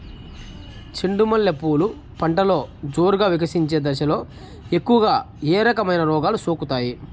చెండు మల్లె పూలు పంటలో జోరుగా వికసించే దశలో ఎక్కువగా ఏ రకమైన రోగాలు సోకుతాయి?